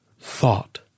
thought